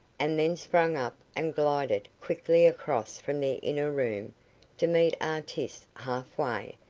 and then sprang up and glided quickly across from the inner room to meet artis half-way,